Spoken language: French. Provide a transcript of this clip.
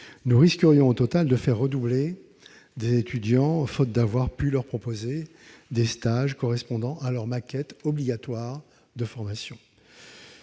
Nous risquerions, en fin de compte, de faire redoubler des étudiants faute d'avoir pu leur proposer des stages correspondant à leur maquette obligatoire de formation.